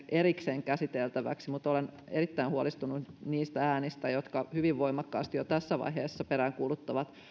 erikseen käsiteltäväksi niin olen erittäin huolestunut niistä äänistä jotka hyvin voimakkaasti jo tässä vaiheessa peräänkuuluttavat